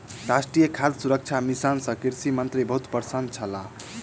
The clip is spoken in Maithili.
राष्ट्रीय खाद्य सुरक्षा मिशन सँ कृषि मंत्री बहुत प्रसन्न छलाह